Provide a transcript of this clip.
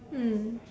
mm